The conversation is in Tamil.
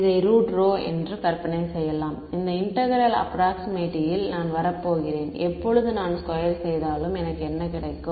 இதை √ρ என்று கற்பனை செய்யலாம் இந்த இன்டெக்ரேல் ஆஃப்ரோக்ஸிமேட்லியில் நான் வரப்போகிறேன் எப்போது நான் ஸ்கொயர் செய்தாலும் எனக்கு என்ன கிடைக்கும்